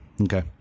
Okay